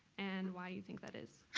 and why you think that is.